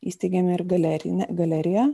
įsteigėme ir galeriją galeriją